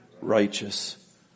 righteous